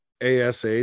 ash